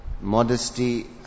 Modesty